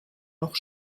noch